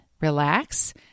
relax